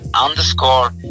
underscore